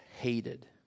hated